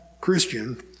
Christian